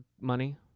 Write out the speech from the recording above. money